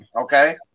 Okay